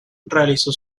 realizó